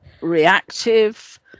reactive